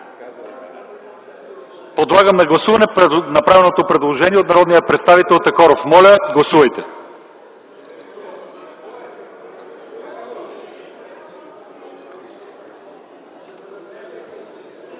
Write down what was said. Подлагам на гласуване направеното предложение от народния представител Такоров. Моля, гласувайте.